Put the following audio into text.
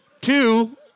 Two